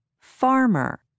farmer